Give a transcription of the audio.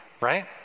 right